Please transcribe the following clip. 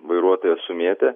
vairuotoją sumėtė